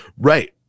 Right